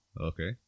Okay